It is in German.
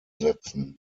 setzen